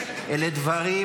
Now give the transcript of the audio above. אלה דברים